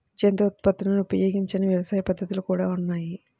జంతు ఉత్పత్తులను ఉపయోగించని వ్యవసాయ పద్ధతులు కూడా ఉన్నాయి